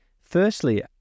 firstly